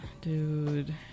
Dude